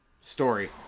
story